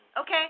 okay